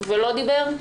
ולא דיבר?